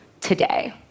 today